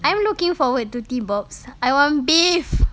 I am looking forward to T box I want beef